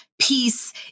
peace